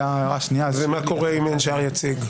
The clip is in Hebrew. מה קורה אם אין שער יציג?